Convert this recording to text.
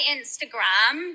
Instagram